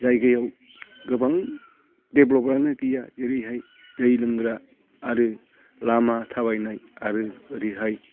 जायगायाव गोबां डेभेलप आनो गैया जेरैहाय दै लोंग्रा आरो लामा थाबायनाय आरो ओरैहाय